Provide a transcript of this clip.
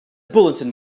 bulletin